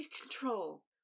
control